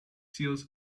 seals